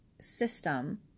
system